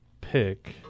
pick